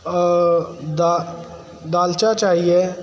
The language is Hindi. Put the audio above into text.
और दालचा चाहिए है